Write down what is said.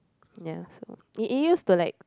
ya so it it used to like